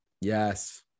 Yes